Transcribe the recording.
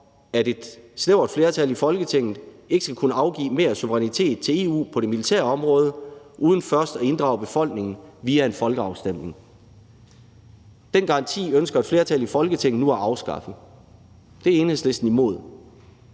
at et snævert flertal i Folketinget ikke skal kunne afgive mere suverænitet til EU på det militære område uden først at inddrage befolkningen via en folkeafstemning. Den garanti ønsker et flertal i Folketinget nu at afskaffe. Det er Enhedslisten imod.